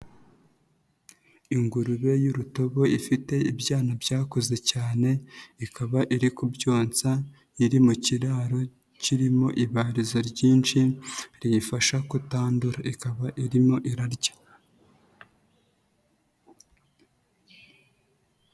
Ingurube y'urutobo ifite ibyana byakuze cyane, ikaba iri kubyonsa iri mu kiraro kirimo ibarizo ryinshi riyifasha kutandura. Ikaba irimo irarya.